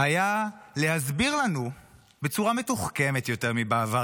היה להסביר לנו בצורה מתוחכמת יותר מבעבר,